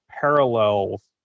parallels